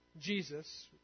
Jesus